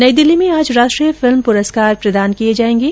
नई दिल्ली में आज राष्ट्रीय फिल्म प्रस्कार प्रदान किये जायेंगे